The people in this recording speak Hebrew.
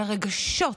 על הרגשות